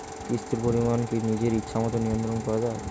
কিস্তির পরিমাণ কি নিজের ইচ্ছামত নিয়ন্ত্রণ করা যায়?